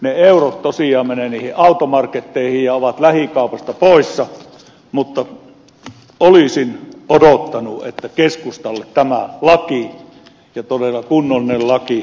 ne eurot tosiaan menevät niihin automarketteihin ja ovat lähikaupasta poissa mutta olisin odottanut että keskustalle tämä laki ja todella kunnollinen laki olisi ollut tärkeä